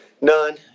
none